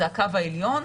זה קו העליון,